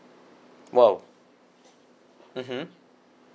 !wow! mmhmm